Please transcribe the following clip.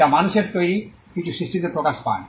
যা মানুষের তৈরি কিছু সৃষ্টিতে প্রকাশ পায়